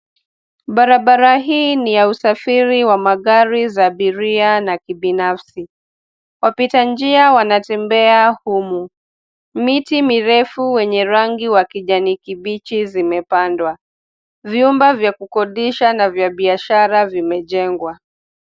Barabara hii ni ya usafiri wa magari za abiria na kibinafsi. Wapita njia wanatembea humu. Miti mirefu wenye rangi wa kijani kibichi zimepandwa. Vyumba vya kukodisha na vya biashara vimejengwa.